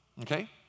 Okay